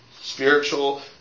spiritual